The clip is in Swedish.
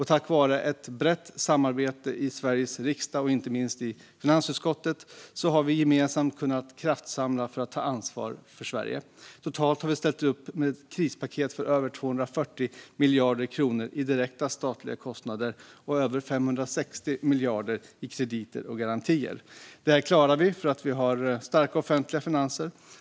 Tack vare ett brett samarbete i Sveriges riksdag och inte minst i finansutskottet har vi gemensamt kunnat kraftsamla för att ta ansvar för Sverige. Totalt har vi ställt upp med krispaket för över 240 miljarder kronor i direkta statliga kostnader och över 560 miljarder i krediter och garantier. Detta klarar vi eftersom vi har starka offentliga finanser.